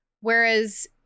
Whereas